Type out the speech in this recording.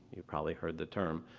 you probably heard the term